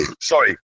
Sorry